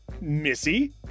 Missy